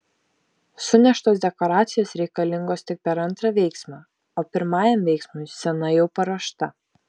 suneštos dekoracijos reikalingos tik per antrą veiksmą o pirmajam veiksmui scena jau paruošta